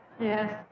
Yes